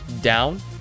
down